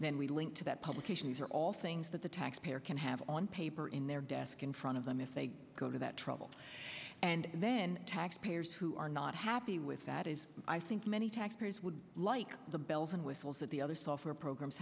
then we link to that publication these are all things that the taxpayer can have on paper in their desk in front of them if they go to that trouble and then taxpayers who are not happy with that is i think many taxpayers would like the bells and whistles that the other software programs